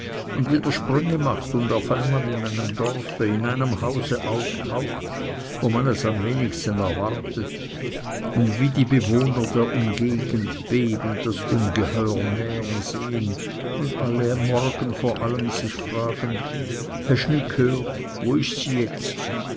und wieder sprünge macht und auf einmal in einem dorfe in einem haus auftaucht wo man es am wenigsten erwartet und wie die bewohner der umgegend bebend das ungeheuer nähern sehen und alle morgen vor allem sich fragen hesch nüt ghört wo isch si jetz